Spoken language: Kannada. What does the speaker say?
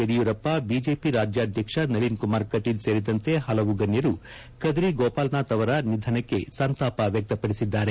ಯಡಿಯೂರಪ್ಪ ಬಿಜೆಪಿ ರಾಜ್ಯಾಧ್ಯಕ್ಷ ನಳಿನ್ ಕುಮಾರ್ ಕಟೀಲ್ ಸೇರಿದಂತೆ ಹಲವು ಗಣ್ಯರು ಕದ್ರಿ ಗೋಪಾಲನಾಥ್ ಅವರ ನಿಧನಕ್ಕೆ ಸಂತಾಪ ವ್ಯಕ್ತಪದಿಸಿದ್ದಾರೆ